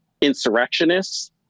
insurrectionists